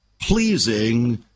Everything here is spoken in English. pleasing